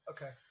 Okay